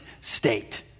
state